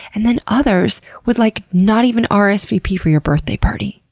and then others would like not even ah rsvp for your birthday party,